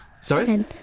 Sorry